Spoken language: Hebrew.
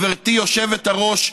גברתי היושבת-ראש,